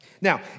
Now